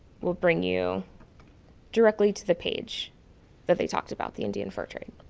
will bring you directly to the page that they talked about the indian fur trade.